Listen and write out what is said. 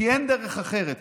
כי אין דרך אחרת,